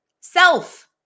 self